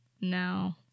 No